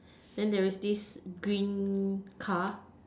then there is this green car